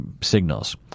signals